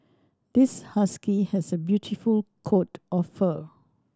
this husky has a beautiful coat of fur